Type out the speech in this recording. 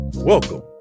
Welcome